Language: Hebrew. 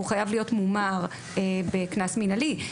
הוא חייב להיות מומר בקנס מינהלי.